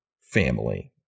family